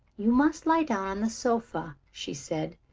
you must lie down on the sofa, she said.